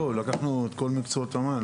לא, לקחנו את כול מקצועות המים.